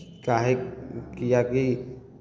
काहे किएकि